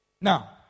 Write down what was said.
Now